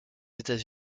états